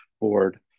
board